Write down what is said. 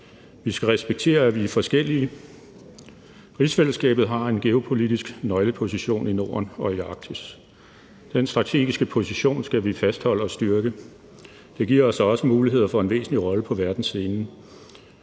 Vi skal respektere, at vi er forskellige. Rigsfællesskabet har en geopolitisk nøgleposition i Norden og i Arktis. Den strategiske position skal vi fastholde og styrke. Det giver os også muligheder for at spille en væsentlig rolle på verdensscenen,